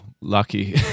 lucky